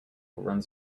runs